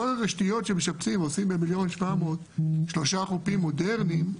כל התשתיות שמשפצים ועושים ב-1,7 שלושה חופים מודרניים,